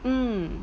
mm